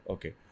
Okay